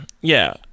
yeah-